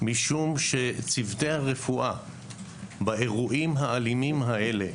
משום שצוותי הרפואה באירועים האלימים האלה